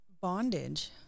bondage